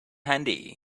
handy